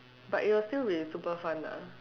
but it'll still be super fun lah